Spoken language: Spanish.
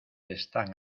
están